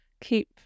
keep